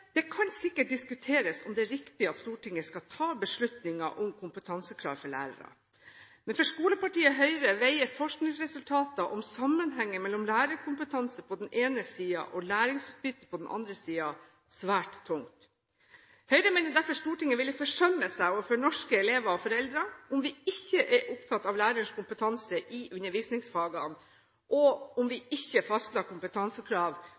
Det kan sikkert diskuteres om det er riktig at Stortinget skal ta beslutningen om kompetansekrav for lærere. Men for skolepartiet Høyre veier forskningsresultater om sammenhengen mellom lærerkompetanse på den ene siden og læringsutbytte på den andre siden, svært tungt. Høyre mener derfor Stortinget ville forsømme seg overfor norske elever og foreldre om vi ikke er opptatt av lærerens kompetanse i undervisningsfagene, og om vi ikke fastlegger kompetansekrav